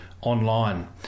online